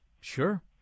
Sure